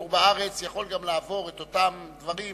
ותגור בארץ, יכול גם לעבור את אותם דברים